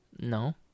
No